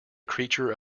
creature